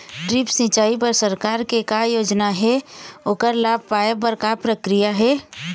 Drip सिचाई बर सरकार के का योजना हे ओकर लाभ पाय बर का प्रक्रिया हे?